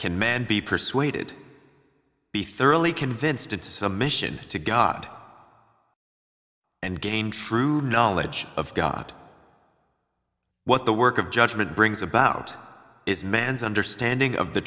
can man be persuaded be thoroughly convinced it is a mission to god and gain true knowledge of god what the work of judgment brings about is man's understanding of the